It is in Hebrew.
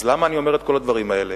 למה אני אומר את כל הדברים האלה?